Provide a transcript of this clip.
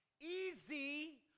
easy